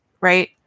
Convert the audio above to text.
right